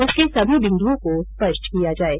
उसके सभी बिन्दुओं को स्पष्ट किया जाये